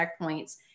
checkpoints